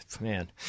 Man